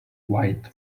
white